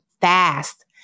fast